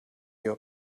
your